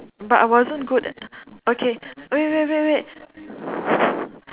but I wasn't good at okay wait wait wait